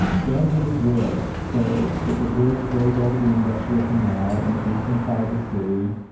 danziger bridge. so it's a bridge that goes over the industrial canal in the eastern part of the city.